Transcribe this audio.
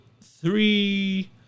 three